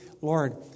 Lord